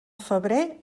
febrer